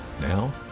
Now